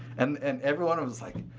and and everyone was like,